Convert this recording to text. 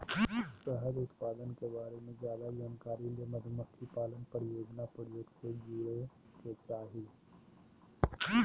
शहद उत्पादन के बारे मे ज्यादे जानकारी ले मधुमक्खी पालन परियोजना प्रोजेक्ट से जुड़य के चाही